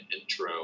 intro